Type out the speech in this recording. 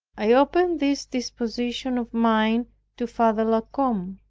i opened this disposition of mine to father la combe.